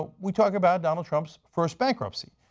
ah we talk about donald trump's first bankruptcy.